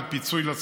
ללכת, לרכב, לטייל,